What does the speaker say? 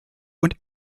und